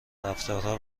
رفتارها